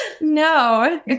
No